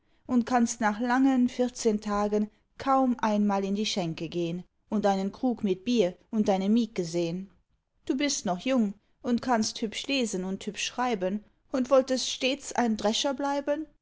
und kannst nach langen vierzehn tagen kaum einmal in die schenke gehn und einen krug mit bier und deine mieke sehn du bist noch jung und kannst hübsch lesen und hübsch schreiben und wolltest stets ein drescher bleiben